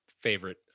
favorite